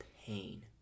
pain